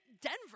Denver